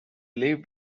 lived